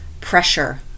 pressure